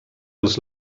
els